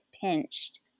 pinched